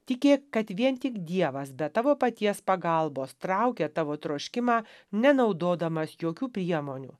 tikėk kad vien tik dievas be tavo paties pagalbos traukia tavo troškimą nenaudodamas jokių priemonių